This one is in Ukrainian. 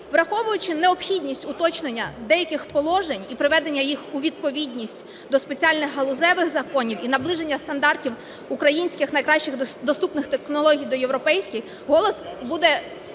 Враховуючи необхідність уточнення деяких положень і приведення їх у відповідність до спеціальних галузевих законів і наближення стандартів українських найкращих доступних технологій до європейських, "Голос" буде